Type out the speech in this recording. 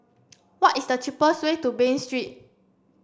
what is the cheapest way to Bain Street